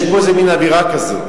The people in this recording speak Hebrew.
יש פה איזה מין אווירה כזאת.